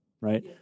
right